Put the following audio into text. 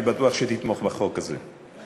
אני בטוח שתתמוך בחוק הזה,